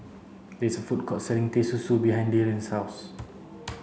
there is a food court selling Teh Susu behind Darion's house